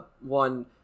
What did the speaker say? one